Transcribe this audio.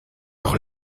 doch